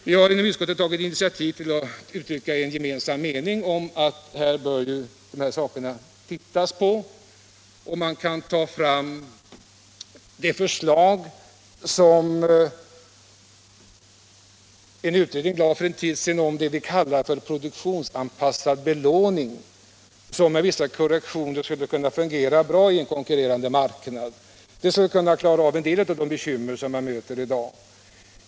Vi har i utskottet tagit initiativ till att uttrycka en mening om hur man bör se på dessa frågor. Man kan ta fasta på ett förslag som en utredning lade fram för en tid sedan om vad vi kallar produktionsanpassad belåning. Denna skulle med vissa korrektioner kunna fungera bra i en konkurrerande marknad. Det skulle klara en del av de bekymmer som vi möter i dag.